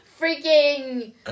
Freaking